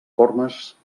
formes